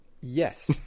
Yes